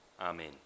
Amen